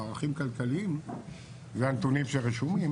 בערכים כלכליים זה הנתונים שרשומים.